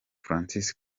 francis